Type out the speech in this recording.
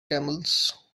camels